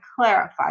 clarify